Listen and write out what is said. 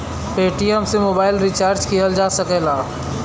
Paytm से mobile recharge किहल जा सकला